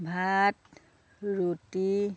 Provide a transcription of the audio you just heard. ভাত ৰুটি